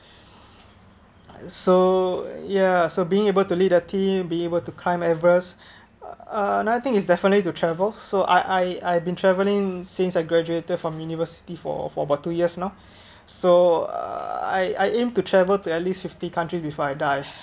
so ya so being able to lead a team being able to climb everest uh another thing is definitely to travel so I I I've been travelling since I graduated from university for for about two years now so I I aim to travel to at least fifty countries before I die